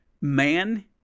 Man